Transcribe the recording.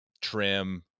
trim